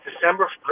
December